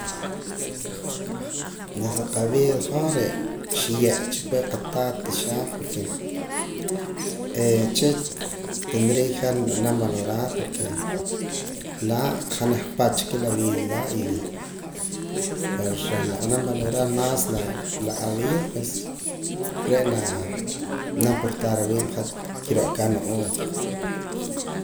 La sa qavida hoj re' xiye' cha pue qataat taxaaj porque uche' tendría que nb'anam valorar porque laa' janaj pach qa la vida laa' y reh na b'anam valorar más la avida pues re' na na portar awiib' kiro' aka ano'ooj.